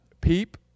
Peep